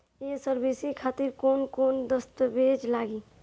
ये सर्विस खातिर कौन कौन दस्तावेज लगी?